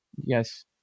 Yes